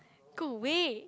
go away